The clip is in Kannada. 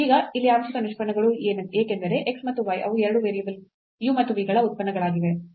ಈಗ ಇಲ್ಲಿ ಆಂಶಿಕ ನಿಷ್ಪನ್ನಗಳು ಏಕೆಂದರೆ x ಮತ್ತು y ಅವು 2 ವೇರಿಯೇಬಲ್ u ಮತ್ತು v ಗಳ ಉತ್ಪನ್ನಗಳಾಗಿವೆ